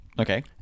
Okay